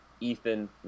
Ethan